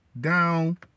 down